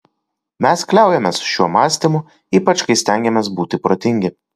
mes kliaujamės šiuo mąstymu ypač kai stengiamės būti protingi